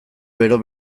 bero